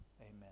amen